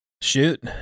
Shoot